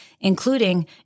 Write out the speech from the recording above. including